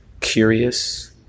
curious